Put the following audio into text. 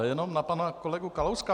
Já jenom na pana kolegu Kalouska.